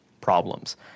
problems